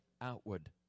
outward